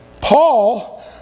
Paul